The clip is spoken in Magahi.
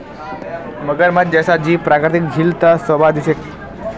मगरमच्छ जैसा जीव प्राकृतिक झील त शोभा दी छेक